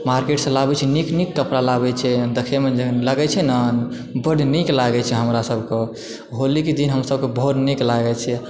मार्केटसँ लाबै छै नीक नीक कपड़ा लाबै छै एहेन देखैमे जेहन लागै छै ने बड़ नीक लागै छै हमरा सभके होलीके दिन हम सभक बहुत नीक लागै छै